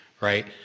right